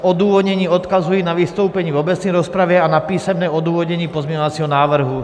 Odůvodnění: odkazuji na vystoupení v obecné rozpravě a na písemné odůvodnění pozměňovacího návrhu.